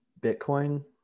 Bitcoin